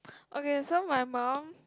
okay so my mum